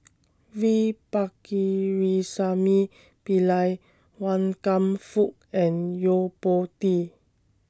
V Pakirisamy Pillai Wan Kam Fook and Yo Po Tee